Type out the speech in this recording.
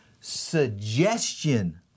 suggestion